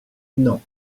non